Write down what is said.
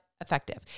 effective